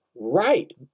right